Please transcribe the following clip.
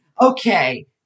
okay